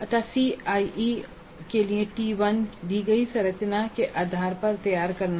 अतः C I E के लिए T 1दी गई संरचना के आधार पर तैयार करना